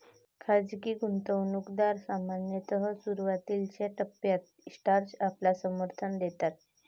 खाजगी गुंतवणूकदार सामान्यतः सुरुवातीच्या टप्प्यात स्टार्टअपला समर्थन देतात